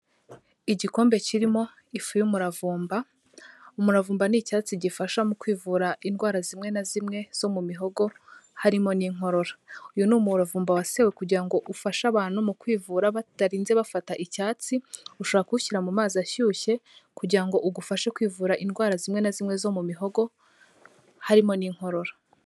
Igikombe kirimo ifu y'umuravumba, umuravumba ni icyatsi gifasha mu kwivura indwara zimwe na zimwe zo mu mihogo harimo n'iNkorora. Uyu ni umuravumba wasewe kugira ngo ufashe abantu mu kwivura batarinze bafata icyatsi ushobora kuwushyira mu mazi ashyushye kugira ngo ugufashe kwivura indwara zimwe na zimwe zo mu mihogo harimo n'inkorora.